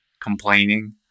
complaining